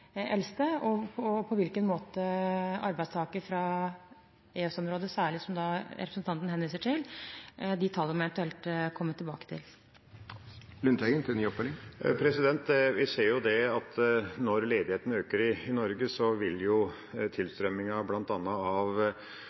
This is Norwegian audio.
fra særlig EØS-området, som representanten Lundteigen henviser til, må jeg eventuelt komme tilbake til tallene for det. Vi ser at når ledigheten øker i Norge, vil tilstrømminga av